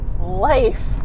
life